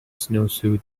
snowsuit